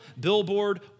billboard